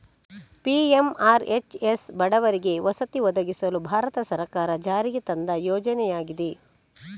PMRHS ಬಡವರಿಗೆ ವಸತಿ ಒದಗಿಸಲು ಭಾರತ ಸರ್ಕಾರ ಜಾರಿಗೆ ತಂದ ಯೋಜನೆಯಾಗಿದೆ